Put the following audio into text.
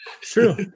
True